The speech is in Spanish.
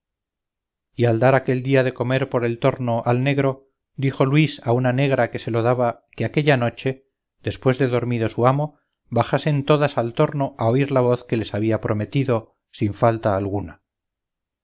y al dar aquel día de comer por el torno al negro dijo luis a una negra que se lo daba que aquella noche después de dormido su amo bajasen todas al torno a oír la voz que les había prometido sin falta alguna